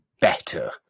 better